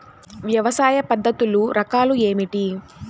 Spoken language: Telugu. వ్యవసాయ పద్ధతులు రకాలు ఏమిటి?